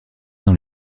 dans